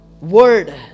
word